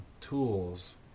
tools